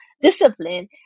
discipline